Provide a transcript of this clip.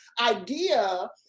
idea